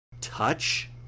touch